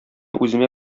үземә